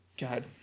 god